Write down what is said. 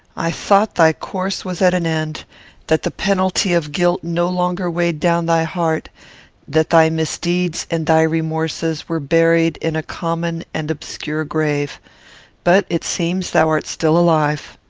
i thought thy course was at an end that the penalty of guilt no longer weighed down thy heart that thy misdeeds and thy remorses were buried in a common and obscure grave but it seems thou art still alive.